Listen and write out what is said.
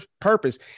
purpose